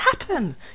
happen